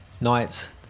nights